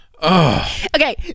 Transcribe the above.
Okay